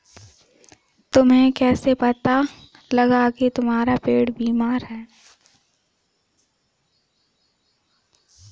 तुम्हें कैसे पता लगा की तुम्हारा पेड़ बीमार है?